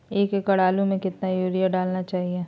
एक एकड़ आलु में कितना युरिया डालना चाहिए?